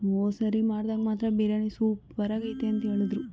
ಹೋದ್ಸರಿ ಮಾಡ್ದಾಗ ಮಾತ್ರ ಬಿರಿಯಾನಿ ಸೂಪರಾಗೈತೆ ಅಂಥೇಳಿದ್ರು